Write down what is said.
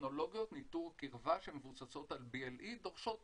טכנולוגיות ניטור קירבה שמבוססות על BLE דורשות תפוצה,